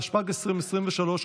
התשפ"ג 2023,